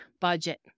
budget